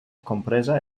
compresa